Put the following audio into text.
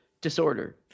disorder